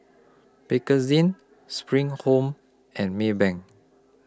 Bakerzin SPRING Home and Maybank